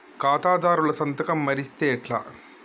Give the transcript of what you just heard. ఖాతాదారుల సంతకం మరిస్తే ఎట్లా?